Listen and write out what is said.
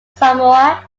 samoa